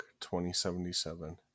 2077